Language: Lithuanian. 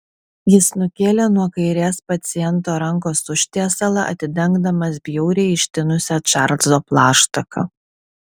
jis nukėlė nuo kairės paciento rankos užtiesalą atidengdamas bjauriai ištinusią čarlzo plaštaką